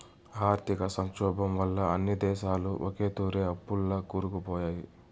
ఆర్థిక సంక్షోబం వల్ల అన్ని దేశాలు ఒకతూరే అప్పుల్ల కూరుకుపాయే